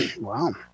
Wow